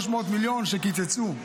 300 מיליון שקיצצו.